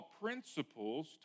principles